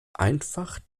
einfach